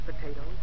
potatoes